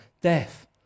death